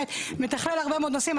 מתכלל הרבה מאוד נושאים,